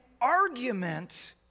argument